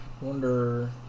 Wonder